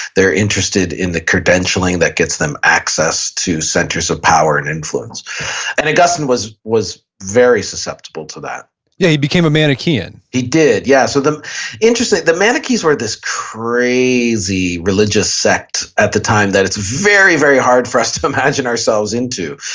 they're interested in the credentialing that gets them access to centers of power and influence and augustine was was very susceptible to that yeah. he became a manichaean he did. yeah. so the manichaeist were this crazy religious sect at the time that it's very very hard for us to imagine ourselves into.